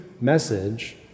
message